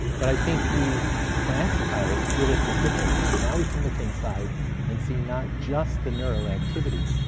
but i think these classifiers give us a different thing. now we can look inside and see not just the neural activity,